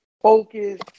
focus